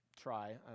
try